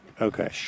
okay